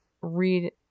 read